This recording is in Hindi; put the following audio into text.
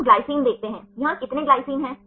हम ग्लाइसिन देखते हैं यहाँ कितने ग्लाइसीन हैं